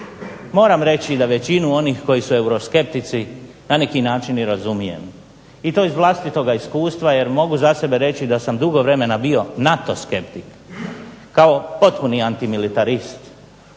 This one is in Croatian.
Moram reći da većinu onih koji su euroskeptici na neki način i razumijem i to iz vlastitoga iskustva jer mogu za sebe reći da sam dugo vremena bio natoskeptik – kao potpuni antimilitarist